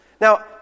Now